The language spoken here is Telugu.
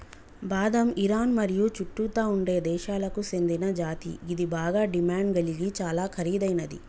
బాదం ఇరాన్ మరియు చుట్టుతా ఉండే దేశాలకు సేందిన జాతి గిది బాగ డిమాండ్ గలిగి చాలా ఖరీదైనది